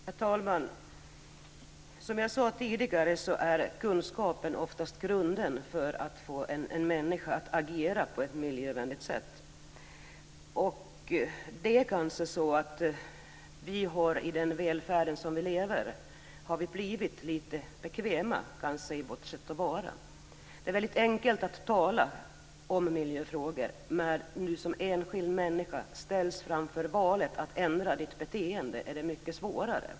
Herr talman! Som jag tidigare sade är kunskapen oftast grunden för att få en människa att agera på ett miljövänligt sätt. Kanske är det så att vi med tanke på den välfärd som vi lever i har blivit lite bekväma i vårt sätt att vara. Det är väldigt enkelt att tala om miljöfrågor men när man som enskild människa ställs inför valet att ändra sitt beteende blir det mycket svårare.